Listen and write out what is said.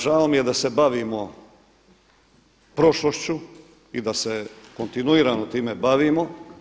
Žao mi je da se bavimo prošlošću i da se kontinuirano time bavimo.